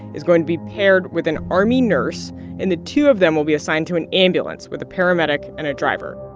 is going to be paired with an army nurse and the two of them will be assigned to an ambulance with a paramedic and a driver